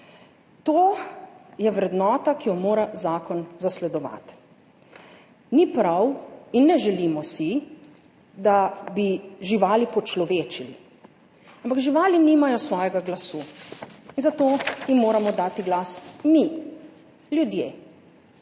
To je vrednota, ki jo mora zakon zasledovati. Ni prav in ne želimo si, da bi živali počlovečili, ampak živali nimajo svojega glasu in za to jim moramo dati glas mi, ljudje,